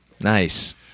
Nice